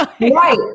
right